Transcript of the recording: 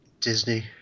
Disney